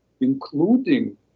including